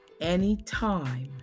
anytime